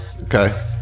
Okay